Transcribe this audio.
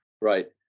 Right